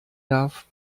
darf